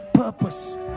Purpose